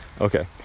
okay